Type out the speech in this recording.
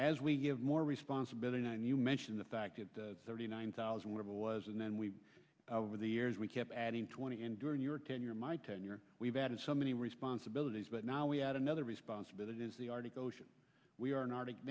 as we give more responsibility and you mention the fact that the thirty nine thousand level was and then we over the years we kept adding twenty and during your tenure my tenure we've added so many responsibilities but now we add another responsibility is the arctic ocean we are an arctic